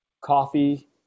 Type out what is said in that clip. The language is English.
coffee